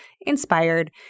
inspired